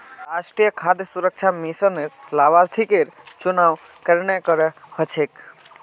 राष्ट्रीय खाद्य सुरक्षा मिशनेर लाभार्थिकेर चुनाव केरन करें हो छेक